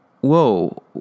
whoa